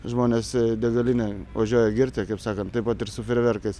žmonės į degalinę važiuoja girti kaip sakant taip pat ir su fejerverkais